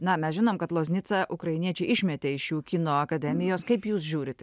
na mes žinome kad los nicą ukrainiečiai išmetė iš kino akademijos kaip jūs žiūrite